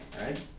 right